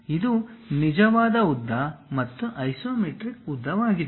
ಆದ್ದರಿಂದ ಇದು ನಿಜವಾದ ಉದ್ದ ಮತ್ತು ಐಸೊಮೆಟ್ರಿಕ್ ಉದ್ದವಾಗಿದೆ